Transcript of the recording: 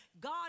God